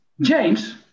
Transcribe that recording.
James